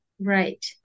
Right